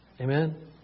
Amen